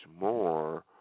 more